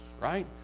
right